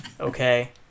Okay